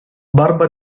barba